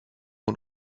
und